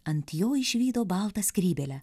ant jo išvydo baltą skrybėlę